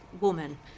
woman